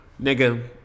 nigga